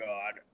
God